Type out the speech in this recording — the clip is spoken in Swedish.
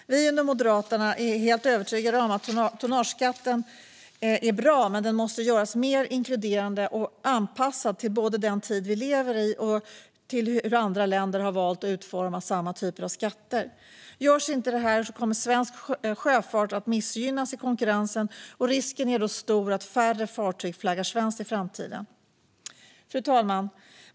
Vi i Moderaterna är helt övertygade om att tonnageskatten är bra men att den måste göras mer inkluderande och anpassas till såväl den tid vi lever i som hur andra länder har valt att utforma samma typer av skatter. Görs inte det kommer svensk sjöfart att missgynnas i konkurrensen, och risken är då stor att färre fartyg flaggar svenskt i framtiden. Fru talman!